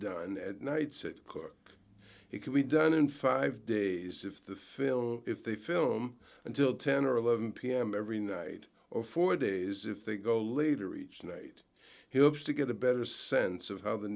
done at night said cook it could be done in five days if the film if they film until ten or eleven pm every night or four days if they go later each night he hopes to get a better sense of how the